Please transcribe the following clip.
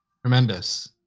Tremendous